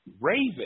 Raven